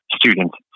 students